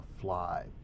fly